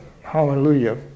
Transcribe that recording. Hallelujah